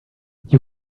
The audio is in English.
you